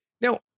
Now